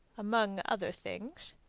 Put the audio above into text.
among other things.